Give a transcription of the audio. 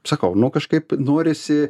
sakau nu kažkaip norisi